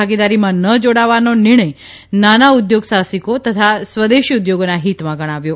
ભાગીદારીમાં ન જોડાવાનો નિર્ણય નાના ઉદ્યોગ સાહસિકો તથા સ્વદેશી ઉદ્યોગોના હીતમાં ગણાવ્યો